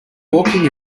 walking